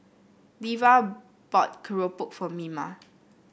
Levar bought keropok for Mima